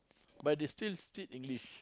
but they still speak English